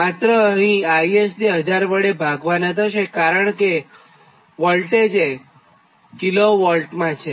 માત્ર અહીં IS ને 1000 વડે ભાગવાનાં થશે કારણકે વોલ્ટેજ કિલોવોલ્ટમાં છે